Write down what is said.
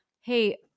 hey